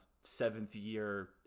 seventh-year